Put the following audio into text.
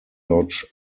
lodge